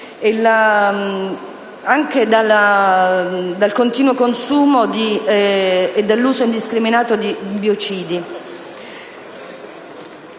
anche dal continuo consumo e dall'uso indiscriminato di biocidi.